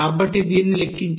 కాబట్టి దీన్ని లెక్కించవచ్చు